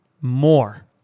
more